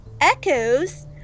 echoes